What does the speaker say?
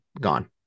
Gone